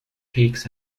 pigs